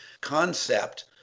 concept